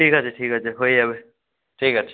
ঠিক আছে ঠিক আছে হয়ে যাবে ঠিক আছে